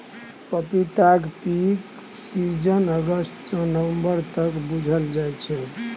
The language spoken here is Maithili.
पपीताक पीक सीजन अगस्त सँ नबंबर तक बुझल जाइ छै